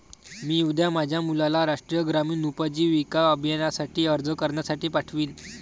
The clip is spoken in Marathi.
मी उद्या माझ्या मुलाला राष्ट्रीय ग्रामीण उपजीविका अभियानासाठी अर्ज करण्यासाठी पाठवीन